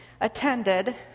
attended